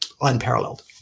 unparalleled